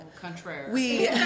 Contrary